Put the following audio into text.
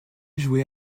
jouait